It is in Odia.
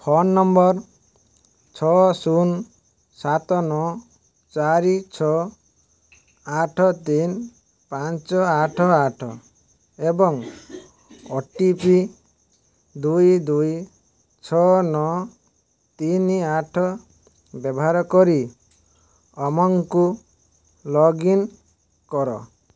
ଫୋନ୍ ନମ୍ବର୍ ଛଅ ଶୂନ୍ ସାତ ନଅ ଚାରି ଛଅ ଆଠ ତିନ୍ ପାଞ୍ଚ ଆଠ ଆଠ ଏବଂ ଓ ଟି ପି ଦୁଇ ଦୁଇ ଛଅ ନଅ ତିନି ଆଠ ବ୍ୟବହାର କରି ଉମଙ୍ଗକୁ ଲଗ୍ଇନ୍ କର